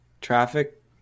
traffic